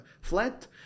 flat